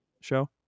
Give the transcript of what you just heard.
show